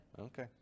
Okay